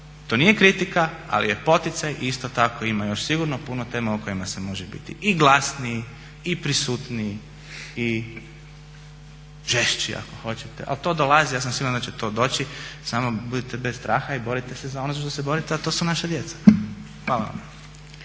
to nije kritika, ali je poticaj i isto tako ima još sigurno puno tema o kojima se može biti i glasniji i prisutniji i češći ako hoćete ali to dolazi, ja sam siguran da će to doći samo budite bez straha i borite se za ono za što se borite a to su naša djeca. Hvala vam.